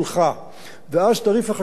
ואז תעריף החשמל עולה פי-ארבעה.